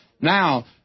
Now